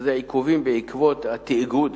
שזה עיכובים בעקבות התאגוד,